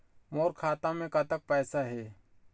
मोर खाता मे कतक पैसा हे?